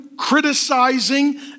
criticizing